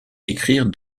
écrire